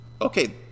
Okay